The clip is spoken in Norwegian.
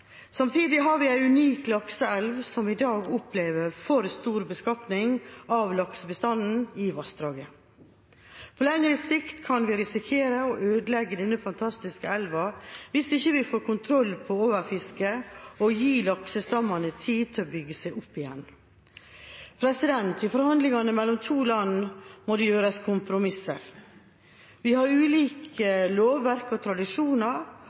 Samtidig har vi en unik lakseelv der en i dag opplever for stor beskatning av laksebestanden i vassdraget. På lengre sikt kan vi risikere å ødelegge denne fantastiske elva hvis vi ikke får kontroll på overfisket og gir laksestammene tid til å bygge seg opp igjen. I forhandlinger mellom to land må det gjøres kompromisser. Vi har ulike lovverk og tradisjoner,